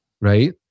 right